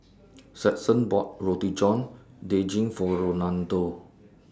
Stetson bought Roti John Daging For Rolando